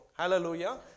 Hallelujah